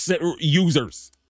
users